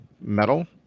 metal